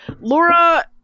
Laura